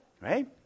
Right